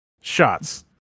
shots